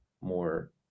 more